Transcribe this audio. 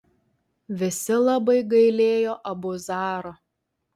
visi labai gailėjo abu zaro